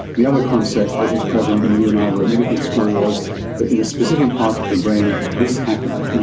the other concept that was prevalent when you and i were at medical school was that in a specific part of the brain, this happened, you